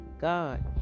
God